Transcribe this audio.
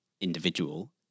individual